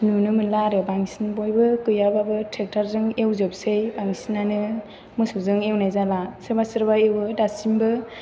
नुनो मोनला आरो बांसिन बयबो गैयाबाबो थ्रेक्ट'रजों एवजोबो बांसिनानो मोसौजों एवनाय जाला सोरबा सोरबा एवो दासिमबो